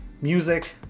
music